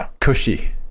cushy